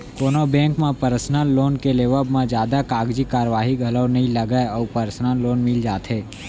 कोनो बेंक म personal loan के लेवब म जादा कागजी कारवाही घलौ नइ लगय अउ परसनल लोन मिल जाथे